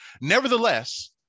Nevertheless